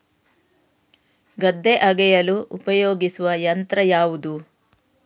ಗದ್ದೆ ಅಗೆಯಲು ಉಪಯೋಗಿಸುವ ಯಂತ್ರ ಯಾವುದು?